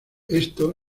esto